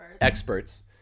experts